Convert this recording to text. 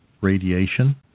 radiation